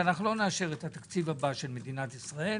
שלא נאשר את התקציב הבא של מדינת ישראל